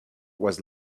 was